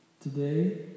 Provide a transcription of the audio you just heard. today